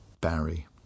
Barry